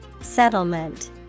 Settlement